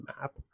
map